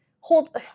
hold